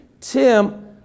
Tim